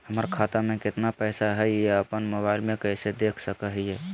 हमर खाता में केतना पैसा हई, ई अपन मोबाईल में कैसे देख सके हियई?